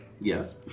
Yes